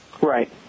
Right